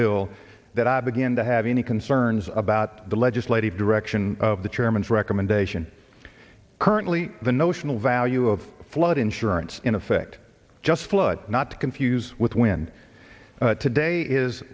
bill that i begin to have any concerns about the legislative direction of the chairman's recommendation currently the notional value of flood insurance in effect just flood not confuse with wind today is